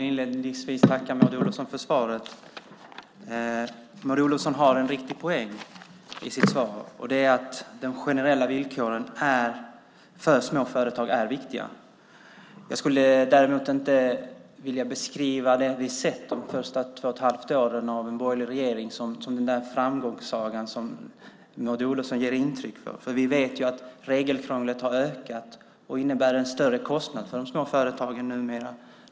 Herr talman! Jag vill inledningsvis tacka Maud Olofsson för svaret. Hon har en viktig poäng, nämligen att de generella villkoren för små företag är viktiga. Jag skulle däremot inte vilja beskriva det vi har sett under de första två och ett halvt åren av den borgerliga regeringen som den framgångssaga som Maud Olofsson ger intryck av. Vi vet ju att regelkrånglet har ökat och innebär en större kostnad för de små företagen numera.